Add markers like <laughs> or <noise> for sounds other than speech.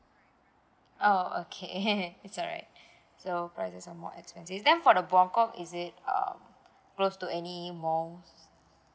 oh okay <laughs> it's alright so prices are more expensive then for the buangkok is it uh close to any mall